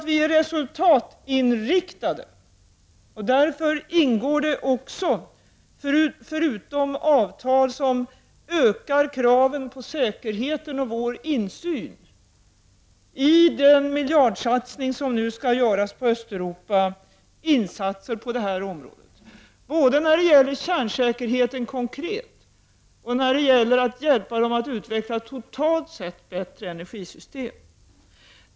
Vi är resultatinriktade, och därför ingår det också, förutom avtal som ökar kraven på säkerheten och på vår insyn, i den miljardsatsning som nu skall göras på Östeuropa insatser på det här området — både när det gäller kärnsäkerheten konkret och när det gäller att hjälpa dessa länder att utveckla totalt sett bättre energisystem.